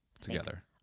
together